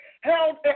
held